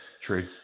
True